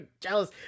jealous